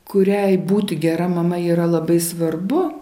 kuriai būti gera mama yra labai svarbu